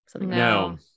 No